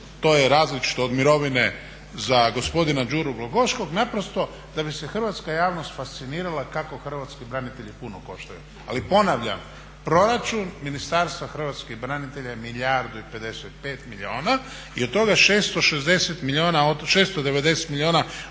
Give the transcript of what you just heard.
to je različito od mirovine za gospodina Đuru Glogoškog, naprosto da bi se hrvatska javnost fascinirala kako hrvatski branitelji puno koštaju. Ali ponavljam, proračun Ministarstva hrvatskih branitelja je milijardu i 55 milijuna i od toga 690 milijuna otpada